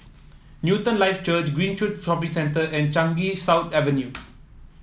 Newton Life Church Greenridge Shopping Centre and Changi South Avenue